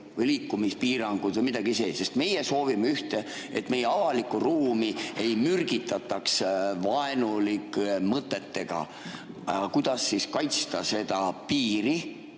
liikumispiirangud või midagi sellist? Sest meie soovime ühte: et meie avalikku ruumi ei mürgitataks vaenulike mõtetega. Aga kuidas siis kaitsta seda piiri,